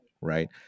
right